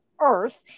earth